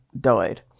died